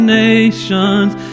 nations